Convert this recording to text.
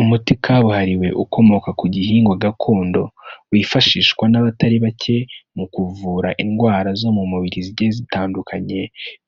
Umuti kabuhariwe ukomoka ku gihingwa gakondo, wifashishwa n'abatari bake, mu kuvura indwara zo mu mubiri zigiye zitandukanye.